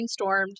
brainstormed